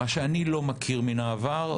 מה שאני לא מכיר מן העבר,